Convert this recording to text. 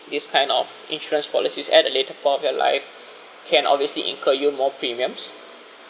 this kind of insurance policies at a later point of your life can obviously incurred you more premiums